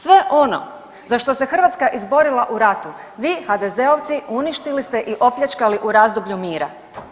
Sve ono za što se Hrvatska izborila u ratu vi HDZ-ovci uništili ste i opljačkali u razdoblju mira.